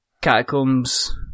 Catacombs